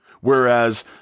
whereas